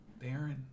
Darren